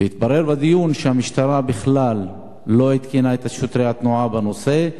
והתברר בדיון שהמשטרה בכלל לא עדכנה את שוטרי התנועה בנושא,